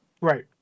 Right